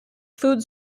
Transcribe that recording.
food